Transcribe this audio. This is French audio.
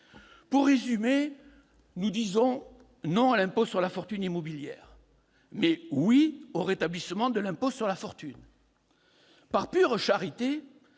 Pour résumer, nous disons non à l'impôt sur la fortune immobilière, mais oui au rétablissement de l'impôt sur la fortune. Par pure charité,